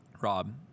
Rob